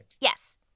Yes